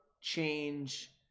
change